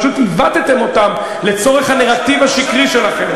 פשוט עיוותם אותם לצורך הנרטיב השקרי שלכם.